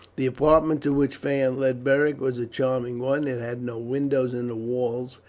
the apartment to which phaon led beric was a charming one. it had no windows in the walls,